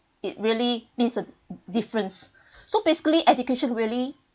it really makes a difference so basically education really